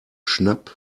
schnapp